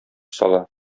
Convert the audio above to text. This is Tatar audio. сала